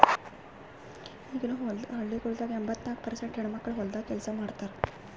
ಈಗನು ಹಳ್ಳಿಗೊಳ್ದಾಗ್ ಎಂಬತ್ತ ನಾಲ್ಕು ಪರ್ಸೇಂಟ್ ಹೆಣ್ಣುಮಕ್ಕಳು ಹೊಲ್ದಾಗ್ ಕೆಲಸ ಮಾಡ್ತಾರ್